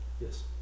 Yes